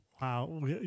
Wow